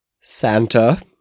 Santa